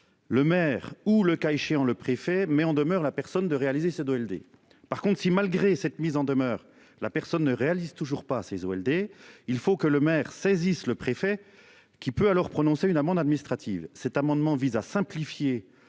Le maire ou le cas échéant le préfet met en demeure la personne de réaliser ça doit aider. Par contre si malgré cette mise en demeure la personne ne réalise toujours pas ses Walder. Il faut que le maire saisissent le préfet qui peut alors prononcer une amende administrative cet amendement vise à simplifier.